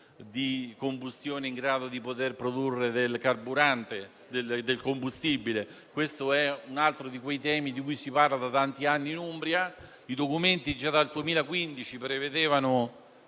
di combustione in grado di produrre del combustibile. Questo è un altro dei temi di cui si parla da tanti anni in Umbria. I documenti già dal 2015 prevedevano